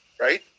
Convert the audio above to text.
right